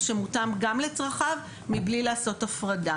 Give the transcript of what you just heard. שמותאם גם לצרכיו מבלי לעשות הפרדה.